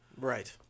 Right